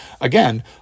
Again